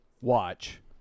watch